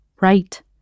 Right